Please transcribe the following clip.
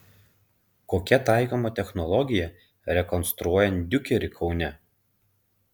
kokia taikoma technologija rekonstruojant diukerį kaune